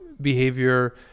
behavior